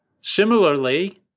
Similarly